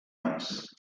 més